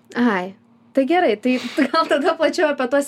ai tai gerai tai tai gal tada plačiau apie tuos